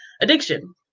addiction